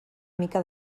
mica